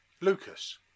Lucas